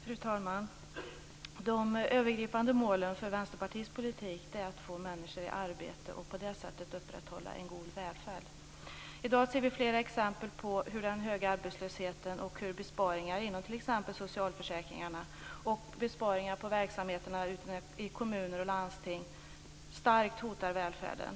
Fru talman! De övergripande målen för Vänsterpartiets politik är att få människor i arbete och på det sättet upprätthålla en god välfärd. I dag ser vi flera exempel på hur den stora arbetslösheten och hur besparingar inom t.ex. socialförsäkringarna och i verksamheter ute i kommuner och landsting starkt hotar välfärden.